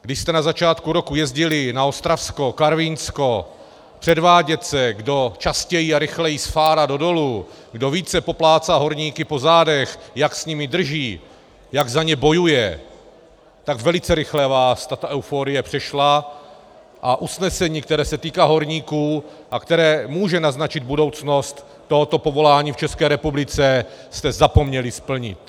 Když jste na začátku roku jezdili na Ostravsko, Karvinsko předvádět se, kdo častěji a rychleji sfárá do dolů, kdo více poplácá horníky po zádech, jak s nimi drží, jak za ně bojuje, tak velice rychle vás tato euforie přešla a usnesení, které se týká horníků a které může naznačit budoucnost tohoto povolání v České republice, jste zapomněli splnit.